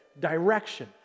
direction